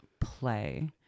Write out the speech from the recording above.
play